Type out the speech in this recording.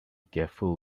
careful